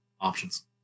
options